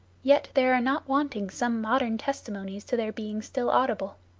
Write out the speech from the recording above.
yet there are not wanting some modern testimonies to their being still audible.